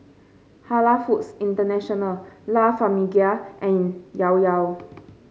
Halal Foods International La Famiglia and Llao Llao